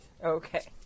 Okay